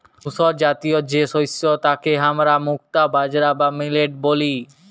ধূসরজাতীয় যে শস্য তাকে হামরা মুক্তা বাজরা বা মিলেট ব্যলি